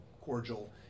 cordial